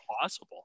possible